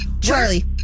Charlie